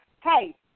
hey